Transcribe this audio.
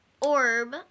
orb